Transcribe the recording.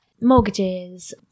Mortgages